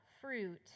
fruit